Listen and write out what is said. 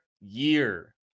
year